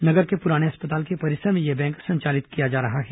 नगर के पुराने अस्पताल के परिसर में यह बैंक संचालित की जा रही है